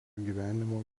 gyvenimo